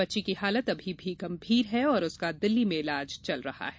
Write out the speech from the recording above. बच्ची की हालत अभी भी गंभीर है और उसका दिल्ली में इलाज चल रहा है